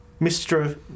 Mr